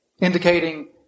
indicating